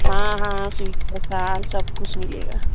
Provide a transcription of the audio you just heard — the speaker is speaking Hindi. हाँ हाँ सूटर साल सब कुछ मिलेगा